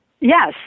Yes